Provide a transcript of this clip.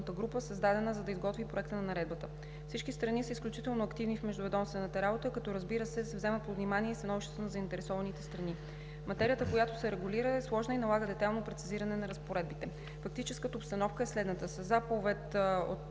група, създадена, за да изготви Проекта на наредбата. Всички страни са изключително активни в междуведомствената работа, като, разбира се, се вземат под внимание и становищата на заинтересованите страни. Материята, която се регулира, е сложна и налага детайлно прецизиране на разпоредбите. Фактическата обстановка е следната: със заповед на